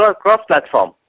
cross-platform